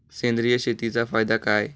सेंद्रिय शेतीचा फायदा काय?